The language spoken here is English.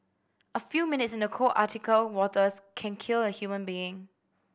a few minutes in the cold Antarctic waters can kill a human being